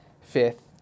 fifth